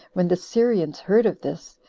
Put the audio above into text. when the syrians heard of this,